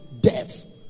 Death